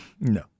No